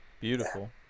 Beautiful